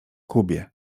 kubie